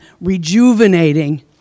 rejuvenating